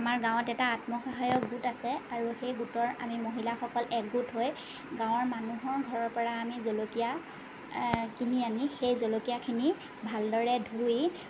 আমাৰ গাঁৱত এটা আত্ম সহায়ক গোট আছে আৰু সেই গোটৰ আমি মহিলাসকল একগোট হৈ গাঁৱৰ মানুহৰ ঘৰৰ পৰা আনি জলকীয়া কিনি আনি সেই জলকীয়াখিনি ভালদৰে ধুই